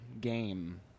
game